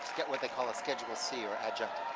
what they call a schedule c or adjunct